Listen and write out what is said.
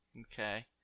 Okay